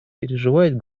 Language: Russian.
переживает